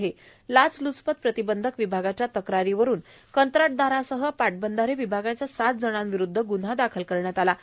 ताचलूचपत प्रतिबंधक विभागाच्या तक्रारीवरून कंत्राटदारासह पाटबंधारे विभागाच्या सात जणांविरूद्ध गुन्हा दाखल करण्यात आला आहे